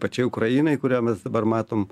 pačiai ukrainai kurią mes dabar matom